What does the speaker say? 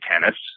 Tennis